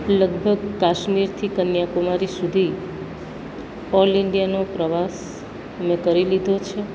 લગભગ કાશ્મીરથી કન્યાકુમારી સુધી ઓલ ઇન્ડિયાનો પ્રવાસ મેં કરી લીધો છે